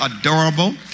adorable